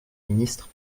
ministre